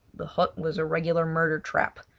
the hut was a regular murder-trap,